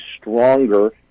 stronger